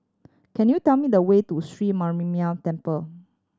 can you tell me the way to Sri Mariamman Temple